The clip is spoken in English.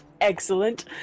Excellent